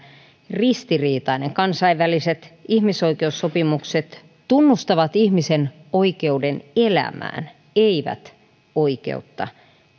ristiriitainen kansainväliset ihmisoikeussopimukset tunnustavat ihmisen oikeuden elämään eivät oikeutta